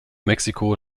mexiko